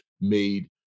made